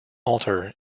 altar